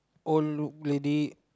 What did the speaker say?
old look lady